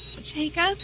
Jacob